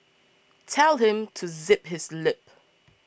tell him to zip his lip